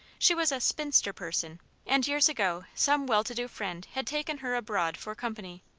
she was a spinster person and years ago some well-to-do friend had taken her abroad for company.